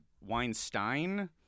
Weinstein